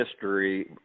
history